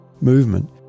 movement